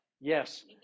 Yes